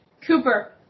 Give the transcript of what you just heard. Cooper